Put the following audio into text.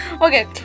Okay